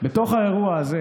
בתוך האירוע הזה